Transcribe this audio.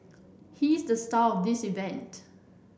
he's the star of this event